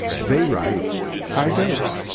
they write i don't.